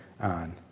on